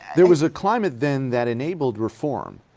there was a climate then that enabled reform.